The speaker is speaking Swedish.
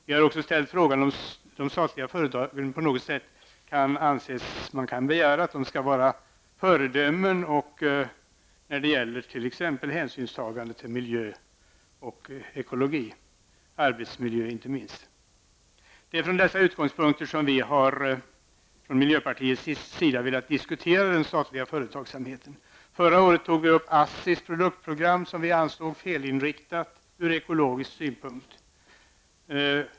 Vi har också ställt frågan om man på något sätt kan begära att de statliga företagen skall vara föredömen när det t.ex. gäller hänsynstagande till miljö, ekologi och inte minst arbetsmiljö. Det är ur dessa utgångspunkter som vi i miljöpartiet velat diskutera den statliga företagsamheten. Förra året tog vi upp till diskussion ASSIs produktprogram som vi ansåg helt felinriktad ur ekologisk synpunkt.